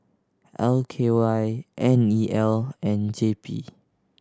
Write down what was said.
L K Y N E L and J P